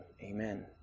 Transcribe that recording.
Amen